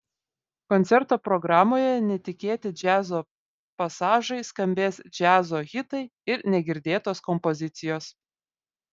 koncerto programoje netikėti džiazo pasažai skambės džiazo hitai ir negirdėtos kompozicijos